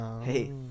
hey